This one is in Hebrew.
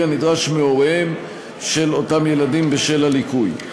הנדרש מהוריהם של אותם ילדים בשל הליקוי.